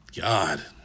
God